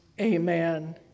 amen